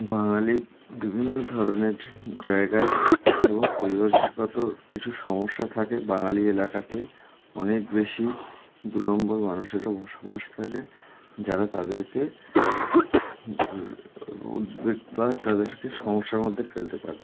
বাঙালি বিভিন্ন ধরনের জায়গায় এবং পরিবেশগত কিছু সমস্যা থাকে বাঙালি এলাকাতে অনেক বেশি দু নম্বর মানুষেরও বসবাস থাকে যারা তাদেরকে উদ্বেগ বা তাদেরকে সমস্যার মধ্যে ফেলতে পারে